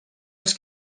els